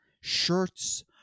shirts